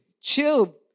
chill